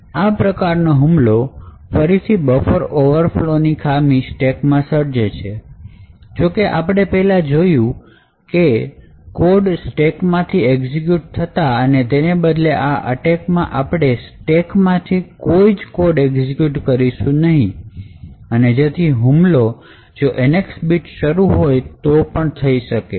આ પ્રકારનો હુમલો ફરીથી બફર ઓવરફ્લો ની ખામી સ્ટેકમાં સર્જે છે જો કે આપણે પહેલા જે જોયું કે કોડ સ્ટેકમાંથી એક્ઝિક્યુટ થતા તેને બદલે આ અટેકમાં આપણે સ્ટેકમાંથી કોઈ જ code એક્ઝિક્યુટ કરીશું નહીં અને જેથી હુમલો જો NX બીટ શરૂ હોય તો પણ થઈ શકે છે